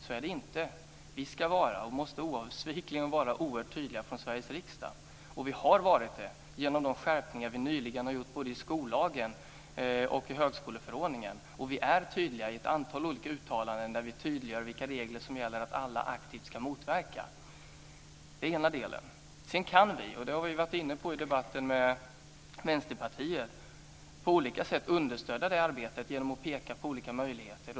Så är det inte. Vi ska vara, och måste vara oerhört tydliga i Sveriges riksdag. Det har vi också varit genom de skärpningar som vi nyligen har gjort både i skollagen och i högskoleförordningen. Vi är tydliga i ett antal olika uttalanden där vi talar om vilka regler som gäller och vad alla aktivt ska motverka. Sedan kan vi, och det har vi varit inne på i debatten med Vänsterpartiet, understödja det arbetet på olika sätt genom att peka på olika möjligheter.